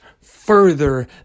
further